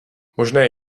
možné